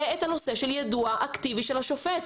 זה את הנושא של יידוע אקטיבי של השופט.